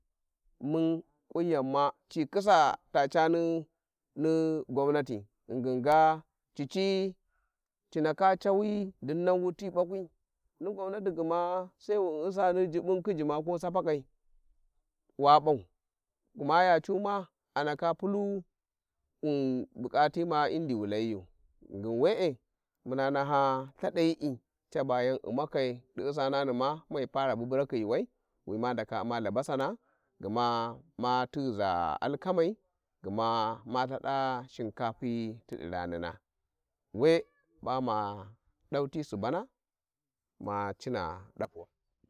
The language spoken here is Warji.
﻿mun kunyan ma ci khisa ta cani ni gwamnati ghinggin ga cici cindaka cawi dinnan wuti bakwai, ni gwamnati gma sai wu u`n ussani jubbun khiji ma ko Sapakai wa p'au, gma ya cu ma andska pulu-bulkati ma indi wu Layiyu, ghingin we`e muna naha lthadayi`i, çaba ya U'makai, di ussanani ma mai para buburakhi yuu wai wi ma ndaka u`ma Labasana gma ma tighiza alkamai gma ma Ithada Shinkapyi ti di ranina we ba ma dau ti subana ma cina d'apuwa.